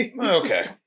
okay